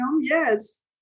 yes